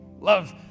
Love